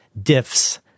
diffs